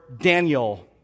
Daniel